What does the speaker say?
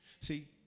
See